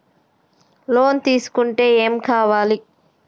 Loan తీసుకుంటే ఏం కావాలి?